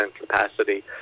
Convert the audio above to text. capacity